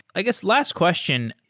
i guess last question,